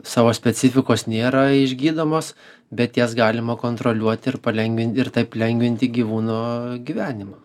savo specifikos nėra išgydomos bet jas galima kontroliuot ir palengvint ir taip lengvinti gyvūno gyvenimą